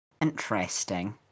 interesting